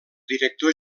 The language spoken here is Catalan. director